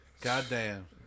Goddamn